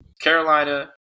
carolina